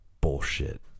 bullshit